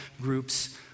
groups